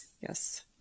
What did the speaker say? Yes